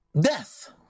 death